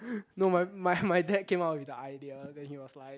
no my my my dad came up with the idea then he was like